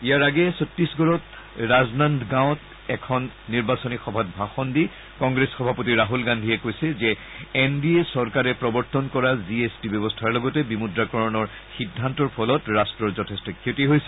ইয়াৰ আগেয়ে চত্তিশগড়ত ৰাজনন্দগাঁওত এখন নিৰ্বাচনী সভাত ভাষণ দি কংগ্ৰেছ সভাপতি ৰাহুল গান্ধীয়ে কৈছে যে এন ডি এ চৰকাৰে প্ৰৱৰ্তন কৰা জিএছটি ব্যৱস্থাৰ লগতে বিমূদ্ৰাকৰণৰ সিদ্ধান্তৰ ফলত ৰাট্টৰ যথেষ্ট ক্ষতি হৈছে